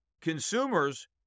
consumers